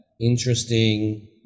interesting